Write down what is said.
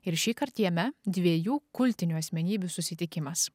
ir šįkart jame dviejų kultinių asmenybių susitikimas